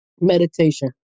Meditation